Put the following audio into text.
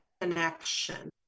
connection